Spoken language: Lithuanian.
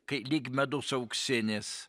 kai lyg medus auksinis